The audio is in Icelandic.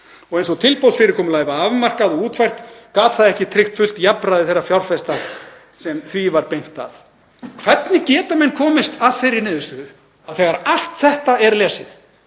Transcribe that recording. Eins og tilboðsfyrirkomulagið var afmarkað og útfært gat það ekki tryggt fullt jafnræði þeirra fjárfesta sem því var beint að.“ Hvernig geta menn komist að þeirri niðurstöðu, þegar allt þetta er lesið,